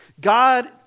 God